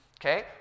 okay